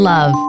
Love